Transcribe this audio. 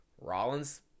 Rollins